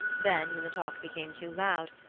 then, when the talk became too loud,